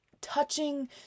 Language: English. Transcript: touching